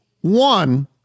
One